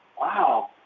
wow